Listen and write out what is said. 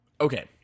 Okay